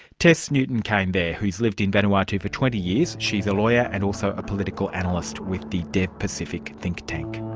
tess newton cain there, who has lived in vanuatu for twenty years, she's a and lawyer and also a political analyst with the decpacific think tank